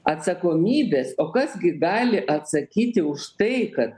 atsakomybės o kas gi gali atsakyti už tai kad